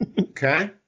Okay